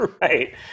Right